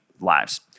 lives